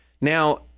Now